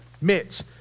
Mitch